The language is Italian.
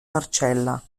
marcella